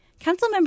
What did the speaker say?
Councilmember